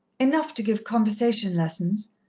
enough to give conversation lessons,